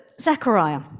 Zechariah